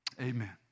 Amen